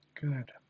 Good